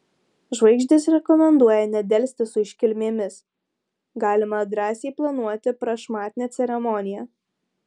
žvaigždės rekomenduoja nedelsti su iškilmėmis galima drąsiai planuoti prašmatnią ceremoniją